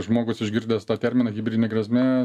žmogus išgirdęs tą terminą hibridinė grėsmė